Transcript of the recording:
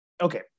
Okay